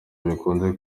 bikunze